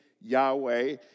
Yahweh